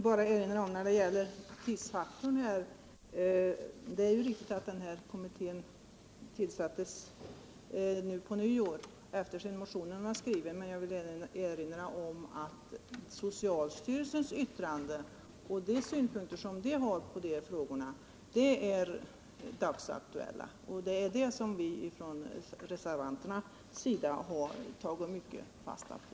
Herr talman! Det är riktigt att kommittén tillsattes vid nyåret efter det att motionen skrivits. Jag vill emellertid erinra om att socialstyrelsens yttrande och synpunkter beträffande de här frågorna är dagsaktuella. Det är det som vi reservanter i hög grad har tagit fasta på.